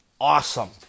awesome